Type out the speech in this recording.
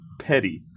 Petty